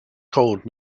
called